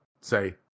say